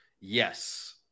Yes